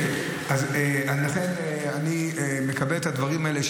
אני מקבל את הדברים האלה,